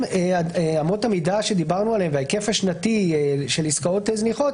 אמות המידה עליהן דיברנו וההיקף השנתי של עסקאות זניחות